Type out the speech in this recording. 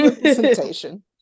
presentation